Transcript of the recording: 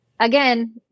Again